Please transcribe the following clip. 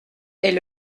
est